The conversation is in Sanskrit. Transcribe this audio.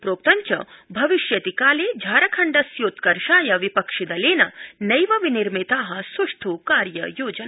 प्रोक्तं च भविष्यतिकाले झारखण्डस्योत्कर्षाय विपक्षिदलेन नैव विनिर्मिता सुष्ठु कार्य योजना